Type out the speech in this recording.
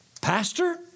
pastor